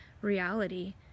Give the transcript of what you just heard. reality